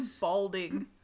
balding